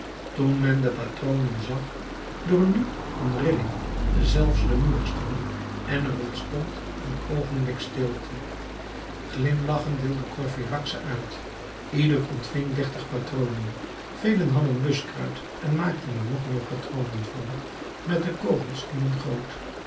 toen men de patronen zag doorliep een rilling zelfs de moedigsten en er ontstond een oogenblik stilte glimlachend deelde courfeyrac ze uit ieder ontving dertig patronen velen hadden buskruit en maakten er nog meer patronen van met de kogels die men goot